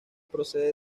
procede